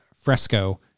fresco